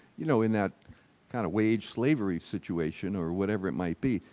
you know, in that kind of wage slavery situation or whatever it might be.